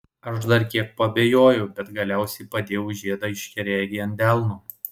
aš dar kiek paabejojau bet galiausiai padėjau žiedą aiškiaregei ant delno